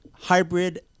hybrid